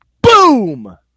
Boom